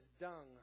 dung